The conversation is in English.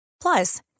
Plus